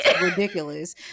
ridiculous